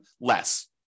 less